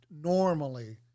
normally –